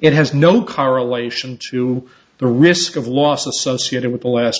it has no correlation to the risk of loss associated with the last